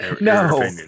No